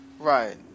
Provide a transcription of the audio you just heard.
Right